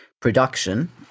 production